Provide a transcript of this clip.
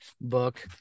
book